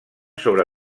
sobre